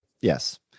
Yes